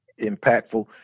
impactful